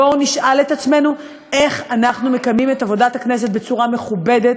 בואו נשאל את עצמנו איך אנחנו מקיימים את עבודת הכנסת בצורה מכובדת,